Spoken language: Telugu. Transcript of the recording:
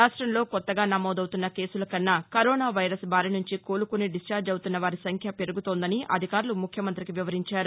రాష్టంలో కొత్తగా నమోదవుతున్న కేసుల కన్నా కరోనా వైరస్ బారినుంచి కోలుకుని డిశ్చార్లీ అవుతున్నవారి సంఖ్య పెరుగుతోందని అధికారులు ముఖ్యమంత్రికి వివరించారు